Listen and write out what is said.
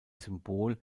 symbol